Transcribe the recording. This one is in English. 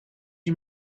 you